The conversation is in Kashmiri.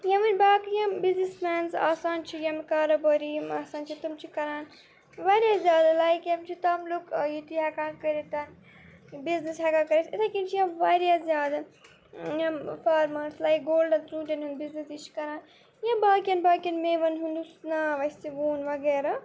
یِم وۅنۍ باقٕے یِم بِزنِس مینٕز آسان چھِ یِم کاروبٲری یِم آسان چھِ تِم چھِ کَران واریاہ زیادٕ لایِک یِم چھِ تِم لُکھ ییٚتی ہٮ۪کان کٔرِتھ بِزنِس ہیٚکان کٔرِتھ یِتھٕے کٔنۍ چھِ یِم واریاہ زیادٕ یِم فارمٲرٕس لایِک گولڈَن ژوٗنٛٹھٮ۪ن ہُنٛد بِزنِس تہِ چھِ کَران یا باقیَن باقیَن مٮ۪وَن ہُنٛد یُس ناو اَسہِ ووٚن وغیرہ